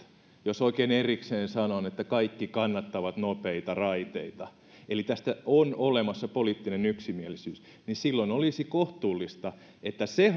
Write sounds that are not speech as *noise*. jos oikein erikseen sanon että kaikki kannattavat nopeita raiteita eli tästä on olemassa poliittinen yksimielisyys joten silloin olisi kohtuullista että se *unintelligible*